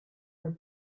are